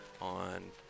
on